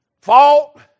fault